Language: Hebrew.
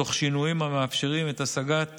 תוך שינויים המאפשרים את השגת